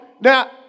Now